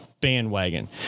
bandwagon